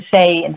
say